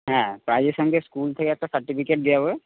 হ্যাঁ প্রাইজের সঙ্গে স্কুল থেকে একটা সার্টইফিকেট দেওয়া হবে